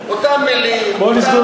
אותן מילים, אותם